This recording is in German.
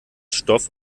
stoff